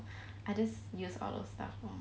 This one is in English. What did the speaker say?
I just use all those stuff lor